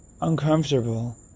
uncomfortable